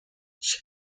she